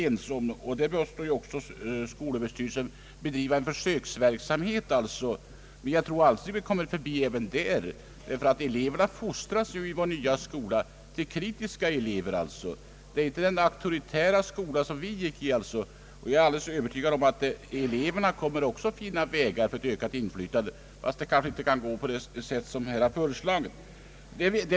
Jag tror emellertid att det kan bli en ändring även härvidlag, ty eleverna fostras ju i vår nya skola till kritiska elever. Dagens skola är inte den auktoritära skola som vi gick i. Jag är alldeles övertygad om att eleverna kommer att finna vägar för ett ökat inflytande, ehuru inte på sådana vägar som här har föreslagits.